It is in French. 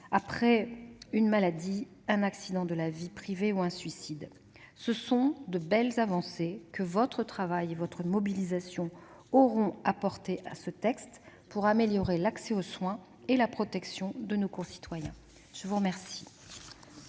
d'une maladie, d'un accident de la vie privée ou d'un suicide. Ce sont de belles avancées, que votre travail et votre mobilisation auront permis d'intégrer dans ce texte pour améliorer l'accès aux soins et la protection de nos concitoyens. La parole